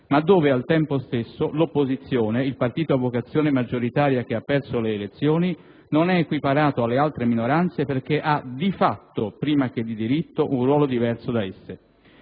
ma dove, al tempo stesso, l'opposizione, il partito a vocazione maggioritaria che ha perso le elezioni, non è equiparato alle altre minoranze perché ha di fatto, prima che di diritto, un ruolo diverso da esse.